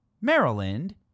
Maryland